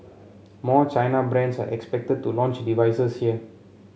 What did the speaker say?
more China brands are expected to launch devices here